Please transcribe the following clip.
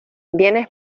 vienes